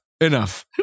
Enough